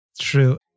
True